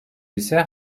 ise